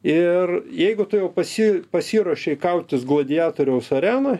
ir jeigu tu jau pasi pasiruošei kautis gladiatoriaus arenoj